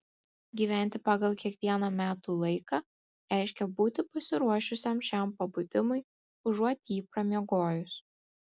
gyventi pagal kiekvieną metų laiką reiškia būti pasiruošusiam šiam pabudimui užuot jį pramiegojus